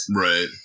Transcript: Right